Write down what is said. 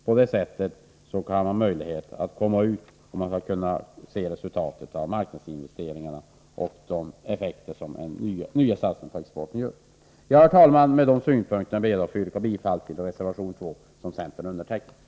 På det viset får de möjlighet att komma ut och kan se resultaten av satsningarna på nya exportmarknader. Herr talman! Med dessa synpunkter ber jag att få yrka bifall till reservation 2 från centern och folkpartiet.